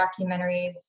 documentaries